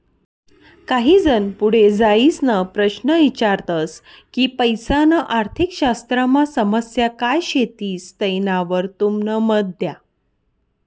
काही जन पुढे जाईसन प्रश्न ईचारतस की पैसाना अर्थशास्त्रमा समस्या काय शेतीस तेनावर तुमनं मत द्या